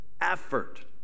effort